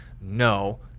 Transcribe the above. no